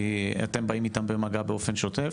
כי אתם באים איתם במגע באופן שוטף.